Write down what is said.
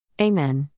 Amen